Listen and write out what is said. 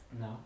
No